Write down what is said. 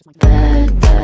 bad